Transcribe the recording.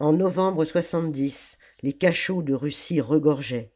en novembre les cachots de russie regorgeaient